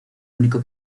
único